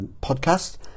podcast